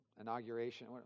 inauguration